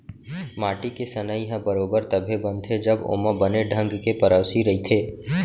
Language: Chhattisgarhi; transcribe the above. माटी के सनई ह बरोबर तभे बनथे जब ओमा बने ढंग के पेरौसी रइथे